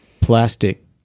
plastic